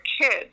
kids